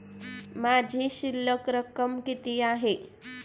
माझी शिल्लक रक्कम किती आहे?